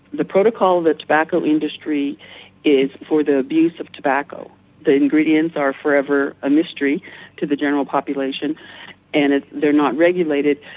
the protocol that the tobacco industry is for the abuse of tobacco the ingredients are forever a mystery to the general population and they are not regulated.